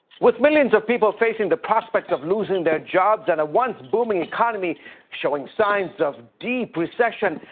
with millions of people facing the prospects of losing their jobs and a once boobing economy showing signs of deep recession,